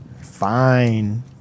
Fine